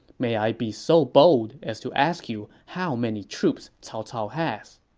may i be so bold as to ask you how many troops cao cao has?